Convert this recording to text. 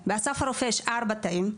באסף הרופא יש ארבעה תאים.